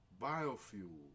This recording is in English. biofuel